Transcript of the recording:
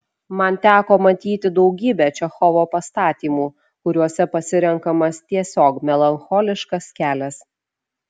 man teko matyti daugybę čechovo pastatymų kuriuose pasirenkamas tiesiog melancholiškas kelias